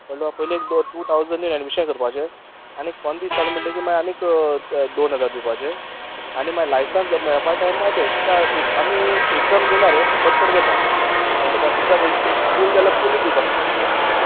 कळ्ळें तुका पयली एक दो टू थावजनी एडमिशन करपाचे आनी एक पंद्र दीस जाले म्हणटगी मागीर आनी एक दोन हजार दिवपाचे आनी मागीर लायसंस मेळपा टायमा ते कित्या एक आमी एकदम घेना रे थोड थोडे घेता कळ्ळें तुका तुका जाल्यार एक एक फूल जाल्यार फुल्ल दिवपा शकता पयश् पेमॅण